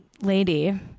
lady